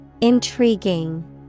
Intriguing